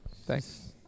thanks